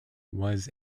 was